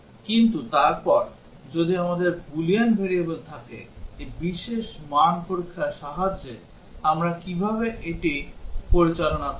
কিন্তু তারপর যদি আমাদের boolean variable থাকে এই বিশেষ মান পরীক্ষার সাহায্যে আমরা কীভাবে এটি পরিচালনা করব